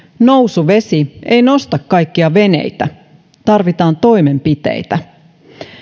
nousuvesi ei nosta kaikkia veneitä tarvitaan toimenpiteitä